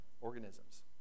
organisms